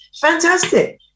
fantastic